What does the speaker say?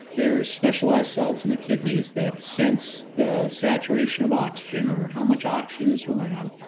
there's specialized cells in the kidneys that sense the saturation of oxygen or how much oxygen is around.